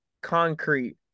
concrete